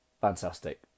fantastic